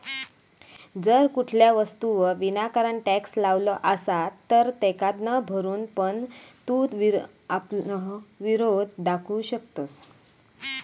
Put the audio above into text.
जर कुठल्या वस्तूवर विनाकारण टॅक्स लावलो असात तर तेका न भरून पण तू आपलो विरोध दाखवू शकतंस